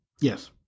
Yes